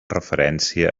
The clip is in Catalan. referència